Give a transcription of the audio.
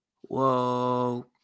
Whoa